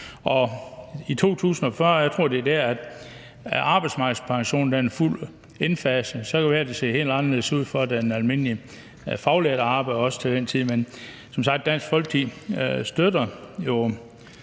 Og i 2040 – jeg tror, det er der, arbejdsmarkedspensionen er fuldt indfaset – kan det være, det ser helt anderledes ud for den almindelige faglærte arbejder, altså til den tid. Men Dansk Folkeparti støtter,